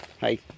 hi